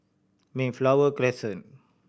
Mayflower Crescent